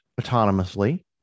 autonomously